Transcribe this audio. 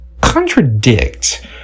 contradict